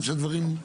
שר האוצר.